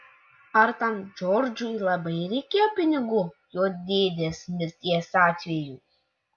ar tam džordžui labai reikėjo pinigų jo dėdės mirties atveju